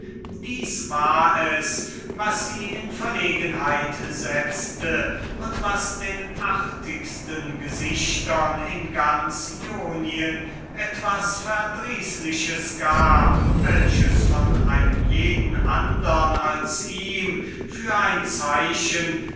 dieses war es was sie in verlegenheit setzte und was den artigsten gesichtern in ganz jonien etwas verdrießliches gab welches von einem jeden andern als hippias für ein zeichen